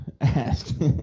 asked